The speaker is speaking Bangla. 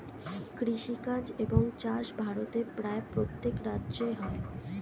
কৃষিকাজ এবং চাষ ভারতের প্রায় প্রত্যেক রাজ্যে হয়